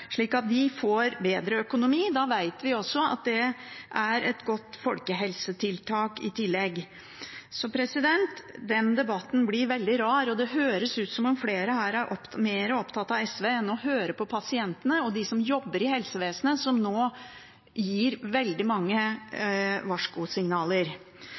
slik at de får bedre økonomi. Da vet vi også at det i tillegg er et godt folkehelsetiltak. Så den debatten blir veldig rar, og det høres ut som om flere her er mer opptatt av SV enn av å høre på pasientene og dem som jobber i helsevesenet, som nå gir veldig mange